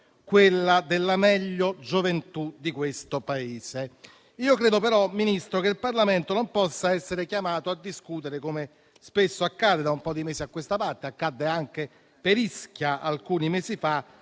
quella della «meglio gioventù» di questo Paese. Credo però, signor Ministro, che il Parlamento non possa essere chiamato a discutere, come spesso accade da un po' di mesi a questa parte (accadde anche per Ischia alcuni mesi fa),